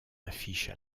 affiches